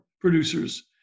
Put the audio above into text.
producers